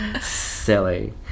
Silly